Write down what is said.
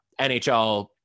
NHL